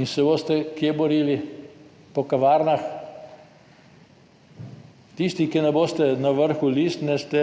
In se boste kje borili po kavarnah? Tisti, ki ne boste na vrhu list, ste